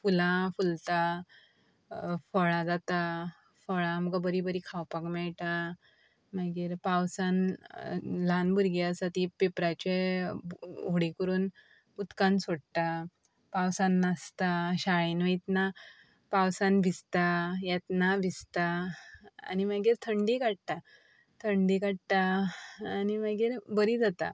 फुलां फुलता फळां जाता फळां आमकां बरी बरी खावपाक मेळटा मागीर पावसान ल्हान भुरगीं आसा ती पेपराचे करून उदकान सोडटा पावसान नासता शाळेन वयतना पावसान भिजता येतना भिजता आनी मागीर थंडी काडटा थंडी काडटा आनी मागीर बरी जाता